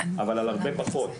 אבל על הרבה פחות,